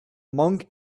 monk